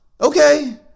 Okay